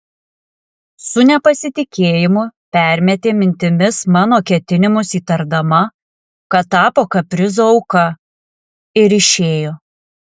su nepasitikėjimu permetė mintimis mano ketinimus įtardama kad tapo kaprizo auka ir išėjo